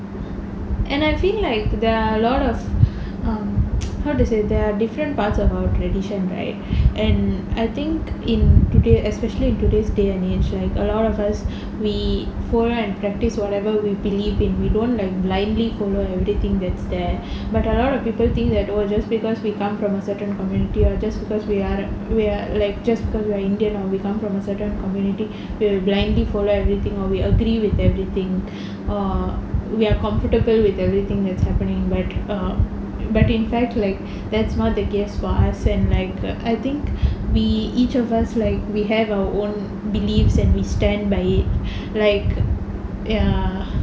and I feel like there are a lot of um how to say there are different parts of our tradition right and I think in today especially in today's day and age like a lot of us we go around and practise whatever we believe in we don't like blindly follow and everything that's there but a lot of people think that oh just because we come from a certain community or just because we are we are like just because we are indian or we come from a certain community we will blindly follow everything or we agree with everything or we are comfortable with everything that's happening but err but in fact like that's not the case for us and like I think we each of us like we have our own beliefs and we stand by it like ya